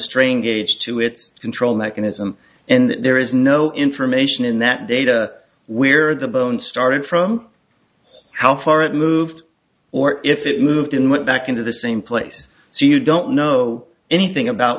strain gauge to its control mechanism and there is no information in that data where the bone started from how far it moved or if it moved in went back into the same place so you don't know anything about